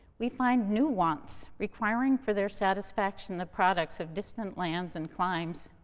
we find new wants, requiring for their satisfaction the products of distant lands and climes.